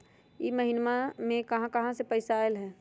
इह महिनमा मे कहा कहा से पैसा आईल ह?